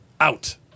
out